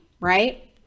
Right